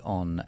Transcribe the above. on